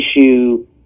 issue